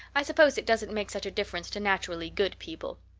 i suppose it doesn't make such a difference to naturally good people.